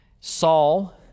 Saul